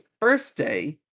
birthday